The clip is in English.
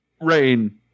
Rain